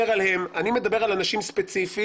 אני מדבר על אנשים ספציפיים.